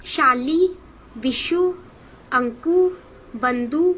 शाली विशु अंकू बंधू